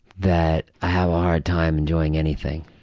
that i have a hard time enjoying anything.